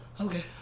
Okay